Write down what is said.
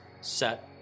set